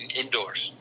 indoors